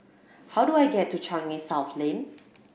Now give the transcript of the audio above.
how do I get to Changi South Lane